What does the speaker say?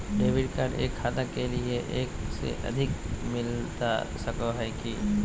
Debit card एक खाता के लिए एक से अधिक मिलता सको है की?